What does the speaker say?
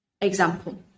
Example